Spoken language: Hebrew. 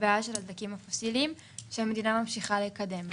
הבעיה של הדלקים הפוסיליים שהמדינה ממשיכה לקדם.